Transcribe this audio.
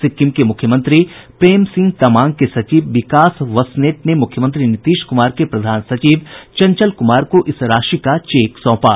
सिक्किम के मुख्यमंत्री प्रेम सिंह तमांग के सचिव विकास बसनेट ने मुख्यमंत्री नीतीश कुमार के प्रधान सचिव चंचल कुमार को इस राशि का चेक सोंपा